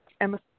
Emma